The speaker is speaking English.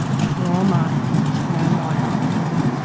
trauma and turmoil and,